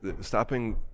stopping